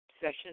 session